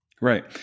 Right